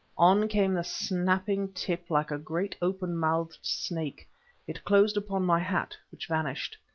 on came the snapping tip like a great open-mouthed snake it closed upon my hat, which vanished.